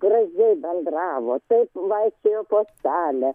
gražiai bendravo taip vaikščiojo po salę